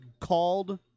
called